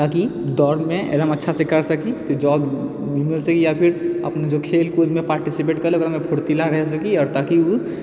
ताकि दौड़मे एकदम अच्छासँ कर सकी तऽ जॉब या फिर जो खेलकूदमे पार्टिसिपेट केलक ओकरामे फुर्तिला रह सकी आओर ताकि ओ